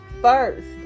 first